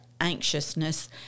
anxiousness